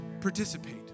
participate